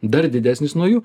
dar didesnis nuo jų